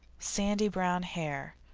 sandy brown hair,